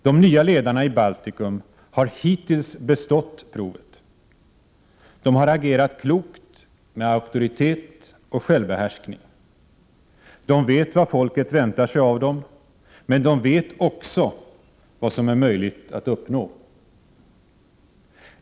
De nya ledarna i Baltikum har hittills bestått provet. De har agerat klokt med auktoritet och självbehärskning. De vet vad folket väntar sig av dem, men de vet också vad som är möjligt att uppnå.